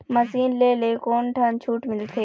Machine ले ले कोन ठन छूट मिलथे?